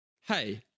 hey